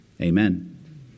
amen